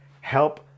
help